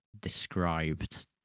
described